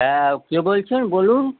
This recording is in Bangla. হ্যাঁ কে বলছেন বলুন